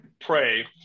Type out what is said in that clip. pray